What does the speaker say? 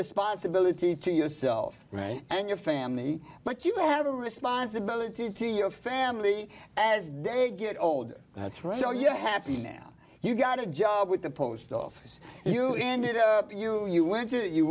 responsibility to yourself right and your family but you have a responsibility to your family as they get older that's right so you're happy now you got a job with the post office you ended up you you went to you